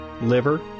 liver